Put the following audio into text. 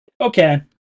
Okay